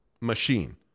machine